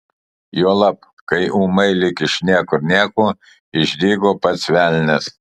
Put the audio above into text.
juolab kai ūmai lyg iš niekur nieko išdygo pats velnias